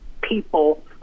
people